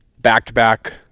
back-to-back